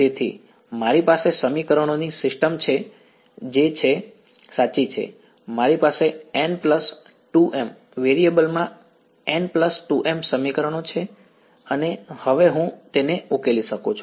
તેથી મારી પાસે સમીકરણોની સિસ્ટમ છે જે સાચી છે મારી પાસે n2m વેરિયેબલમાં n2m સમીકરણો છે અને હવે હું તેને ઉકેલી શકું છું